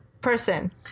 person